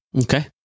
Okay